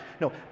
No